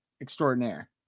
extraordinaire